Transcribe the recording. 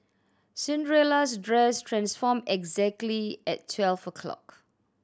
Cinderella's dress transformed exactly at twelve o'clock